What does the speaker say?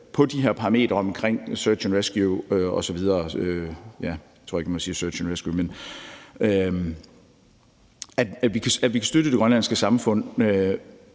på de her parametre omkring search and rescue osv. Jeg tror ikke, at jeg må sige search and rescue. Det er vigtigt, at vi kan støtte det grønlandske samfund,